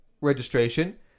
registration